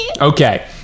Okay